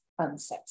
unsexy